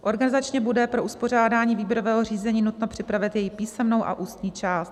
Organizačně bude pro uspořádání výběrového řízení nutno připravit jeho písemnou a ústní část.